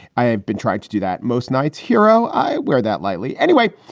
i have been tried to do that most nights, hero. i wear that lightly. anyway,